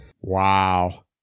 Wow